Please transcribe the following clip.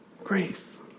Grace